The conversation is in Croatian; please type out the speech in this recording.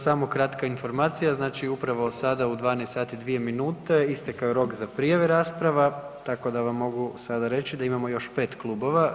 Samo kratka informacija znači upravo sada u 12 sati i 2 minute istekao je rok za prijave rasprava tako da vam mogu sada reći da imamo još 5 klubova.